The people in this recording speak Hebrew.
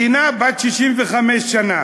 מדינה בת 65 שנה,